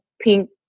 pink